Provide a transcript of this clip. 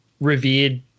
revered